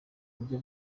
uburyo